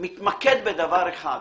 מתמקד בדבר אחד,